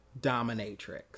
dominatrix